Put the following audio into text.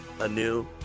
anew